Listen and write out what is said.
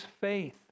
faith